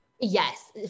Yes